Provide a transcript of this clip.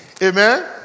Amen